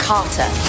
Carter